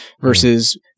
versus